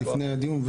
לפני הדיון,